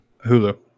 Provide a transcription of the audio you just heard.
hulu